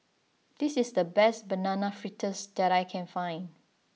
this is the best banana fritters that I can find